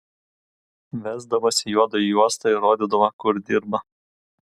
vesdavosi juodu į uostą ir rodydavo kur dirba